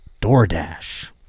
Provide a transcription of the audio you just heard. DoorDash